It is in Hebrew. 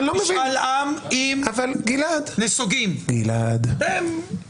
בתקופה הזאת יש כאן גירעון דמוקרטי,